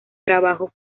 trabajo